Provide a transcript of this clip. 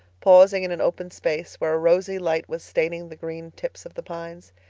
pausing in an open space where a rosy light was staining the green tips of the pines.